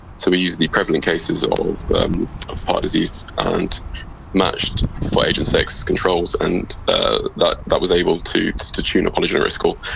so we use the prevalent cases of heart disease and matched for age and sex controls, and ah that that was able to to tune a polygenetic risk score.